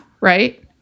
right